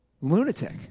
Lunatic